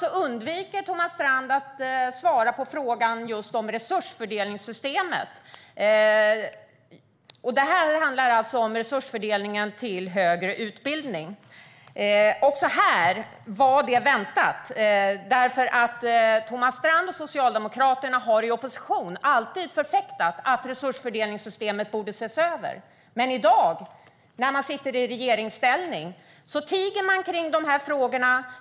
Sedan undviker Thomas Strand att svara på frågan om resursfördelningssystemet, vilket också var väntat. Det handlar alltså om resursfördelningen till högre utbildning. Thomas Strand och Socialdemokraterna har i opposition alltid förfäktat att resursfördelningssystemet borde ses över, men i dag när man befinner sig i regeringsställning tiger man kring de här frågorna.